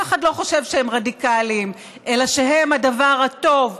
אחד לא חושב שהם רדיקליים אלא שהם הדבר הטוב,